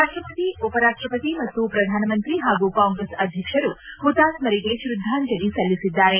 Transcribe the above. ರಾಷ್ಟಪತಿ ಉಪರಾಷ್ಟಪತಿ ಮತ್ತು ಪ್ರಧಾನಮಂತ್ರಿ ಹಾಗೂ ಕಾಂಗ್ರೆಸ್ ಅಧ್ಯಕ್ಷರು ಹುತಾತ್ಮರಿಗೆ ಶ್ರದ್ಧಾಂಜಲಿ ಸಲ್ಲಿಸಿದ್ದಾರೆ